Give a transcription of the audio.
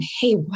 Hey